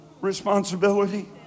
responsibility